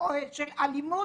של אלימות.